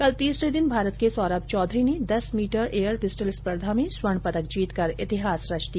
कल तीसरे दिन भारत के सौरभ चौधरी ने दस मीटर एयर पिस्टल स्पर्धा में स्वर्ण पदक जीतकर इतिहास रच दिया